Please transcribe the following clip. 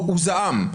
הוא זעם,